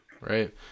Right